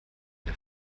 der